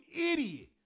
idiot